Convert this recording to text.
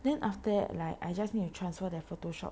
then after that like I just need to transfer the Photoshop